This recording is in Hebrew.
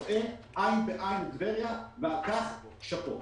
אבל במקרה הזה משרד האוצר רואה עין בעין את טבריה ועל כך שאפו.